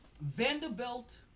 Vanderbilt